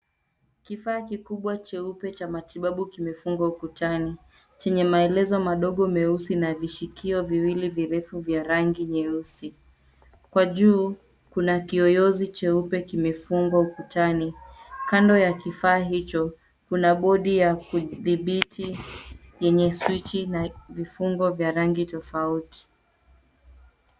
Kifaa kikubwa cheupe cha matibabu kimefungwa ukutani chenye maelezo madogo meusi na vishikio viwili virefu vya rangi nyeusi. Kwa juu kuna kiyoyozi cheupe kimefungwa ukutani. Kando ya kifaa hicho, kuna bodi ya kudhibiti yenye swichi na vifungo vya rangi tofauti.